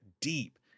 deep